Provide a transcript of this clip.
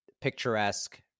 picturesque